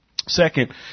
Second